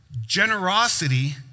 generosity